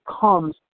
comes